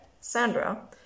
Sandra